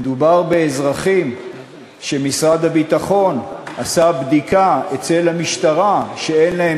מדובר באזרחים שמשרד הביטחון עשה בדיקה אצל המשטרה שאין להם